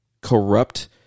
corrupt